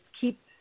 keep